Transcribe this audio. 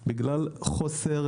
בנושא ניידות נט"ן ואט"ן בגלל חוסר,